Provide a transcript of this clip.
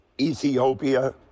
Ethiopia